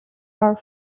are